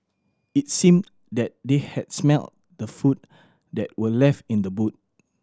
it seemed that they had smelt the food that were left in the boot